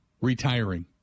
retiring